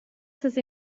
seis